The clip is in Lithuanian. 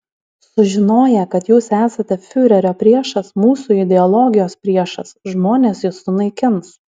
sužinoję kad jūs esate fiurerio priešas mūsų ideologijos priešas žmonės jus sunaikins